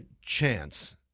chance